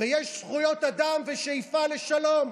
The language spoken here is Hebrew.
ויש זכויות אדם ושאיפה לשלום.